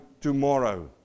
tomorrow